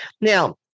Now